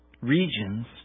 regions